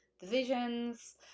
decisions